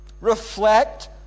Reflect